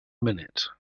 minute